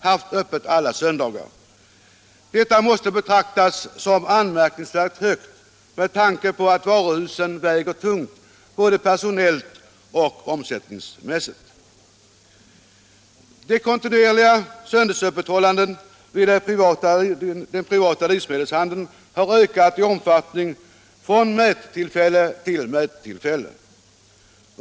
haft öppet alla söndagar. Detta måste betraktas som en anmärkningsvärt hög andel med tanke på att varuhusen väger tungt både omsättningsmässigt och personellt. Det kontinuerliga söndagsöppethållandet i den privata livsmedelshandeln har ökat i omfattning från mättillfälle till mättillfälle.